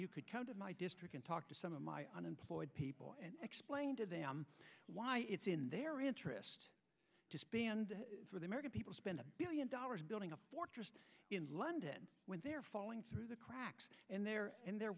you could come to my district and talk to some of my unemployed people and explain to them why it's in their interest for the american people spend a billion dollars building a fortress in london when they're falling through the cracks in their in their